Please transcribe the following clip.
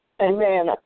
amen